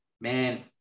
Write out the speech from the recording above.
man